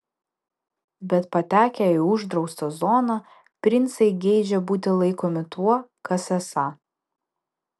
bet patekę į uždraustą zoną princai geidžia būti laikomi tuo kas esą